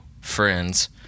friends